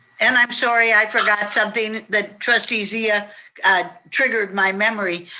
and i'm sorry, i forgot something that trustee zia triggered my memory.